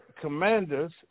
Commanders